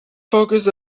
focus